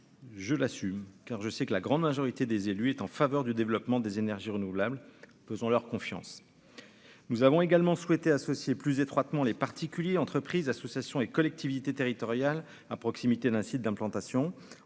je l'assume car je sais que la grande majorité des élus est en faveur du développement des énergies renouvelables, faisons-leur confiance, nous avons également souhaité associer plus étroitement les particuliers, entreprises, associations et collectivités territoriales à proximité d'un site d'implantation